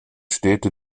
städte